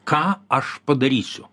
ką aš padarysiu